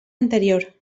anterior